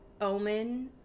omen